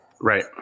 Right